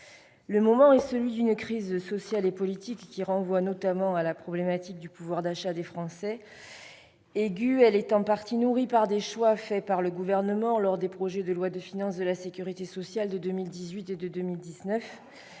Le moment est celui d'une crise sociale et politique qui renvoie notamment à la problématique du pouvoir d'achat des Français. Aiguë, elle est en partie nourrie par des choix opérés par le Gouvernement au travers des projets de loi de financement de la sécurité sociale pour 2018 et pour 2019.